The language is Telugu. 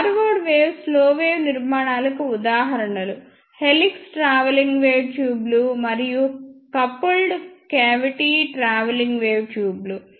ఫార్వర్డ్ వేవ్ స్లో వేవ్ నిర్మాణాలకు ఉదాహరణలు హెలిక్స్ ట్రావెలింగ్ వేవ్ ట్యూబ్లు మరియు కపుల్డ్ కేవిటీ ట్రావెలింగ్ వేవ్ ట్యూబ్లు